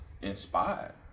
inspired